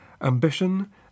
ambition